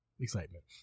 excitement